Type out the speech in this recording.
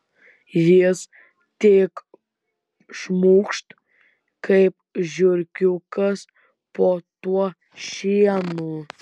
jis tik šmukšt kaip žiurkiukas po tuo šienu